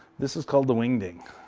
this is called the wingding.